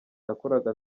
nakoraga